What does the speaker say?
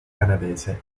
canadese